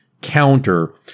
Counter